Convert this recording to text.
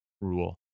rule